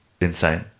insane